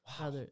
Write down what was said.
Wow